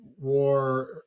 war